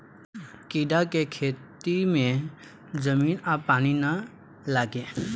कीड़ा के खेती में जमीन आ पानी ना लागे